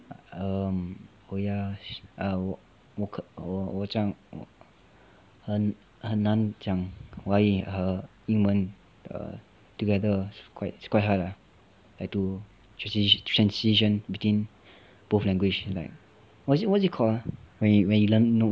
err oh ya err 我我讲我很很难讲华语和英文 together it's quite it's quite hard ah like to transi~ transition between both language like what is it what is it called ah when you when you learn